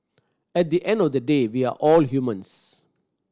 at the end of the day we are all humans